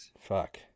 fuck